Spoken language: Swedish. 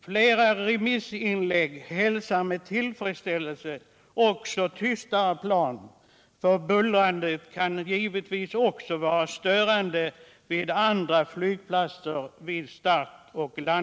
Flera remissyttranden hälsar med tillfredsställelse tystare plan; bullret vid start och landning kan vara störande även vid andra flygplatser.